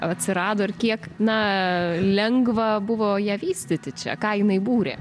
atsirado ir kiek na lengva buvo ją vystyti čia ką jinai būrė